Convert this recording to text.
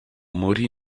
morì